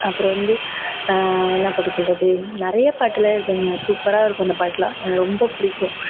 அப்புறம் வந்து என்ன பாட்டு சொல்லுறது நிறைய பாட்டில் இருக்குதுங்க சூப்பராக இருக்கும் அந்த பாட்டுலாம் எனக்கு ரொம்ப பிடிக்கும்